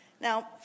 Now